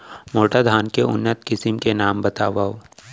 मोटा धान के उन्नत किसिम के नाम बतावव?